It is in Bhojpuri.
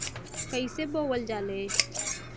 कईसे बोवल जाले?